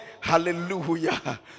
Hallelujah